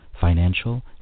financial